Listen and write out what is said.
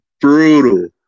brutal